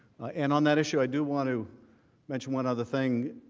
and on that issue, i do want to mention one other thing.